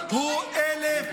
שילך.